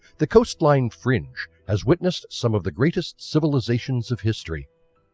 the coastline fringe has witnessed some of the greatest civilizations of history.